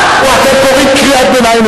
יש צפירת ארגעה בישראל ביתנו.